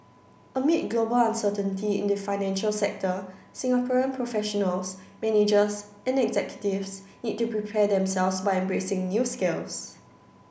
amid global uncertainty in the financial sector Singaporean professionals managers and executives need to prepare themselves by embracing new skills